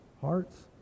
hearts